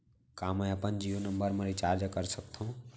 का मैं अपन जीयो नंबर म रिचार्ज कर सकथव?